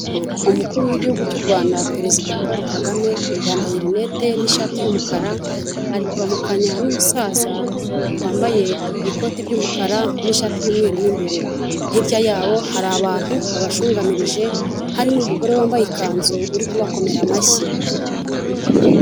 Umukuru w'Igihugu cy'u Rwanda wa Perezida Paul Kagame, yambaye rinete n'ishati y'umukara, ari kuramukanya n'umusaza wambaye ikoti ry'umukara n'ishati y'umweru mo imbere. Hirya yaho hari abantu babashungamirije harimo umugore wambaye ikanzu uri kubakomera amashyi.